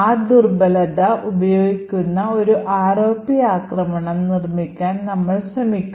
ആ ദുർബലത ഉപയോഗിക്കുന്ന ഒരു ROP ആക്രമണം നിർമ്മിക്കാൻ നമ്മൾ ശ്രമിക്കും